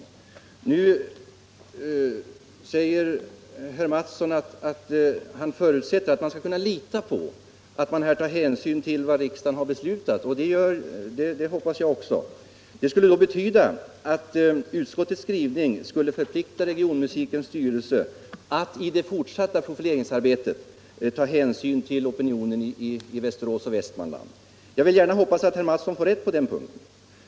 Herr Mattsson i Lane-Herrestad säger att han förutsätter att man skall kunna lita på att hänsyn tas till vad riksdagen beslutat. Det hoppas jag också. Det skulle betyda att utskottets skrivning skulle förplikta regionmusikens styrelse att i det fortsatta profileringsarbetet ta hänsyn till opinionen i Västerås och Västmanland. Jag vill gärna hoppas att herr Mattsson får rätt på den punkten.